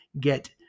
get